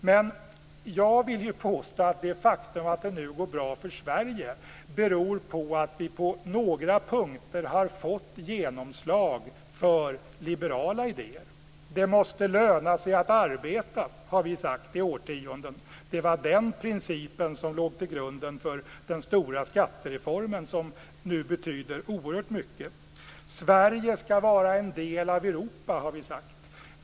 Men jag vill påstå att det faktum att det nu går bra för Sverige beror på att vi på några punkter har fått genomslag för liberala idéer. Vi har i årtionden sagt att det måste löna sig att arbeta. Det var den princip som låg till grund för den stora skattereformen, som nu betyder oerhört mycket. Vi har sagt att Sverige ska vara en del av Europa.